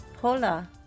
Hola